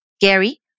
Gary